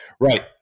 Right